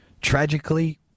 tragically